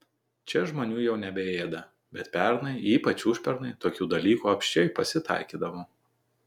čia žmonių jau nebeėda bet pernai ypač užpernai tokių dalykų apsčiai pasitaikydavo